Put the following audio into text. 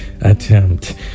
attempt